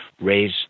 raise